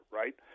right